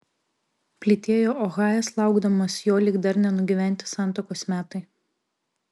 plytėjo ohajas laukdamas jo lyg dar nenugyventi santuokos metai